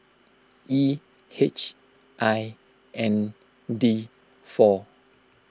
E H I N D four